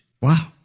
wow